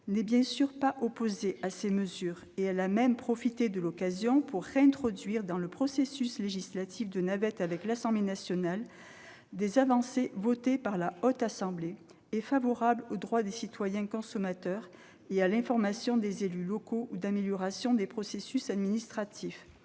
n'est bien sûr pas opposée à ces mesures ; elle a même profité de l'occasion pour réintroduire dans le processus législatif de navette avec l'Assemblée nationale des avancées votées par la Haute Assemblée et favorables aux droits des citoyens consommateurs et à l'information des élus locaux ou destinées à améliorer les processus administratifs.